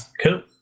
Cool